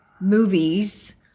movies